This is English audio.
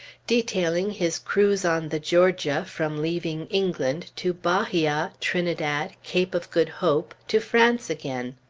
detailing his cruise on the georgia from leaving england, to bahia, trinidad, cape of good hope, to france again.